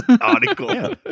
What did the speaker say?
article